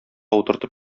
утыртып